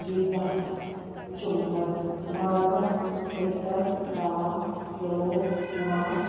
ਗਿੱਧਾ ਝੂੰਮਰ ਮਾਲਵਾ ਖੇਤਰ ਦਾ ਲੋਕ ਨਾਚ